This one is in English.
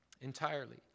entirely